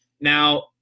Now